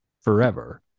forever